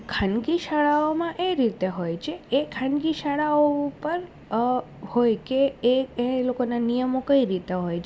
ખાનગી શાળાઓમાં એ રીતે હોય છે એ ખાનગી શાળાઓ પર હોય કે એ એ લોકોનાં નિયમો કઈ રીતનાં હોય છે